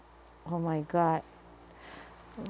oh my god